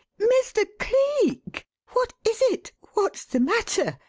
mr. cleek! what is it? what's the matter?